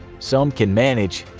some can manage,